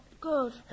good